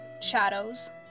shadows